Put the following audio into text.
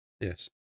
Yes